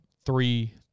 three